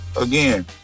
again